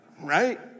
Right